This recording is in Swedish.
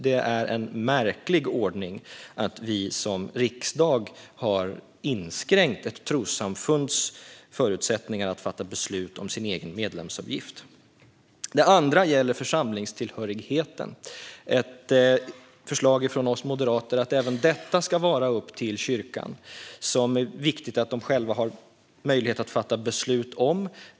Det är en märklig ordning att vi som riksdag har inskränkt ett trossamfunds förutsättningar att fatta beslut om sin egen medlemsavgift. Det andra gäller församlingstillhörigheten. Vi moderater föreslår att även detta ska vara upp till kyrkan. Det är viktigt att kyrkan själv har möjlighet att fatta beslut om detta.